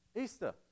Easter